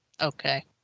Okay